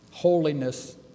Holiness